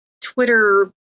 Twitter